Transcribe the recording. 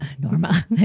Norma